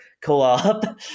co-op